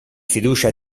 fiducia